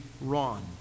Ron